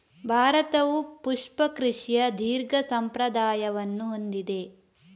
ಭಾರತವು ಪುಷ್ಪ ಕೃಷಿಯ ದೀರ್ಘ ಸಂಪ್ರದಾಯವನ್ನು ಹೊಂದಿದೆ